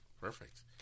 Perfect